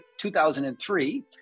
2003